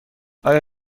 آیا